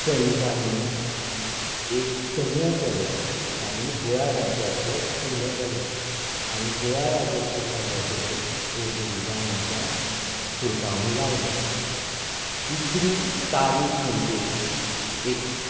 सैनिकांनी एक समूह केलो आनी गोंया राज्याचेर हल्लो केलो आनी गोंया राज्याचेर हल्लो करून पोर्तुगिजांक हांगाच्यान हुडकावन लायले तिसरी तारीक म्हणजे एक